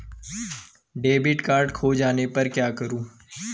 Debit card खो जाने पर क्या करूँ?